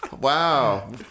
Wow